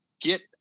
Get